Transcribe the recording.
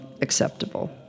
acceptable